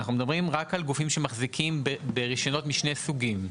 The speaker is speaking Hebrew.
אנחנו מדברים רק על גופים שמחזיקים ברישיונות משני סוגים,